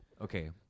okay